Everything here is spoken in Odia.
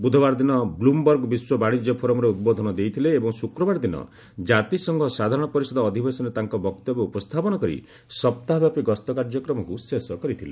ବୁଧବାର ଦିନ ବ୍ଲମ୍ବର୍ଗ ବିଶ୍ୱ ବାଶିଜ୍ୟ ଫୋରମ୍ରେ ଉଦ୍ବୋଧନ ଦେଇଥିଲେ ଏବଂ ଶୁକ୍ରବାର ଦିନ ଜାତିସଂଘ ସାଧାରଣ ପରିଷଦ ଅଧିବେଶନରେ ତାଙ୍କ ବକ୍ତବ୍ୟ ଉପସ୍ଥାପନ କରି ସପ୍ତାହେବ୍ୟାପୀ ଗସ୍ତ କାର୍ଯ୍ୟକ୍ରମକୁ ଶେଷ କରିଥିଲେ